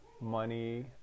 money